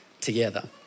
together